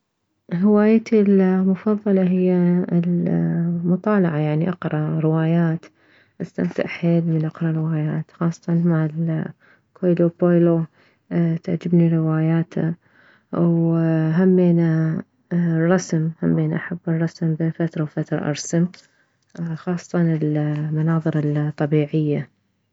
هوايتي المفضلة هي المطالعة يعني اقره روايات استمتع حيل من اقره روايات خاصة مالكويلو بويلو تعجبني رواياته وهمينه الرسم همينه احب الرسم بين فترة وفترة ارسم خاصة المناظر الطبيعية